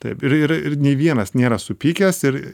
taip ir ir nei vienas nėra supykęs ir